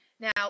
Now